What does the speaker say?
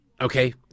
Okay